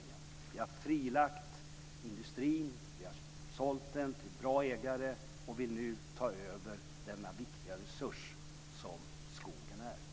Vi har frilagt industrin, vi har sålt den till bra ägare, och vi vill nu ta över den viktiga resurs som skogen är.